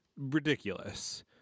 ridiculous